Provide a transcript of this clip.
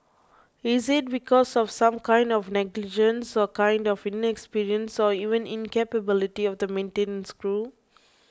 is it because of some kind of negligence or kind of inexperience or even incapability of the maintenance crew